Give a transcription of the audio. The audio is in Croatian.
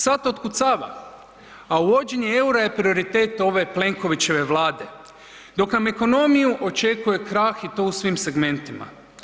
Sat otkucava, a uvođenje EUR-a je prioritet ove Plenkovićeve Vlade, dok nam ekonomiju očekuje krah i to u svih segmentima.